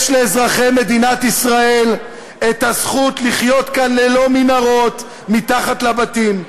יש לאזרחי מדינת ישראל זכות לחיות כאן ללא מנהרות מתחת לבתים,